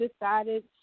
decided